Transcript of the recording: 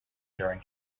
during